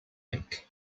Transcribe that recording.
ink